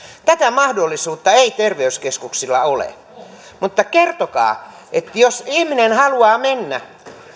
tätä mahdollisuutta ei terveyskeskuksilla ole mutta kertokaa se että jos ihminen haluaa mennä